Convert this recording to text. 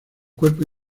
cuerpo